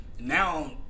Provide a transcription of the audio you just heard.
now